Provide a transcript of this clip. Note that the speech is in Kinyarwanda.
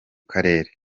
karere